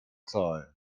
zahlen